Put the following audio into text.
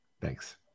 Thanks